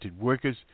workers